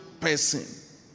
person